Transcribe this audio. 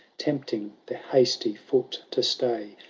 tempting the hasty foot to stay.